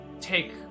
take